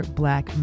black